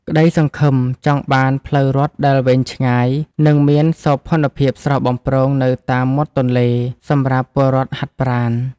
ក្ដីសង្ឃឹមចង់បានផ្លូវរត់ដែលវែងឆ្ងាយ និងមានសោភ័ណភាពស្រស់បំព្រងនៅតាមមាត់ទន្លេ សម្រាប់ពលរដ្ឋហាត់ប្រាណ។